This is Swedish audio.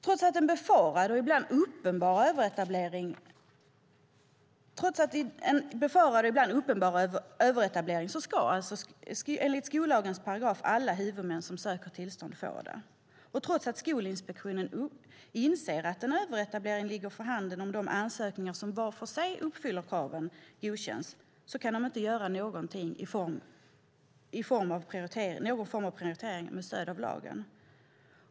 Trots en befarad och ibland uppenbar överetablering ska alltså enligt skollagens paragraf alla huvudmän som söker tillstånd få det. Och trots att Skolinspektionen inser att en överetablering ligger för handen om de ansökningar som var för sig uppfyller kraven godkänns kan de inte göra någon form av prioritering med stöd av lagen.